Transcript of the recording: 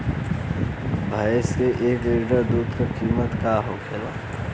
भैंस के एक लीटर दूध का कीमत का होखेला?